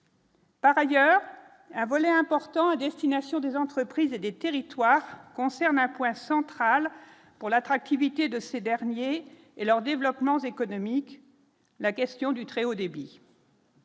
Par ailleurs, un volet important à destination des entreprises et des territoires concernés un point central pour l'attractivité de ces derniers et leur développement économique, la question du très haut débit.